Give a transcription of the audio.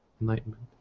enlightenment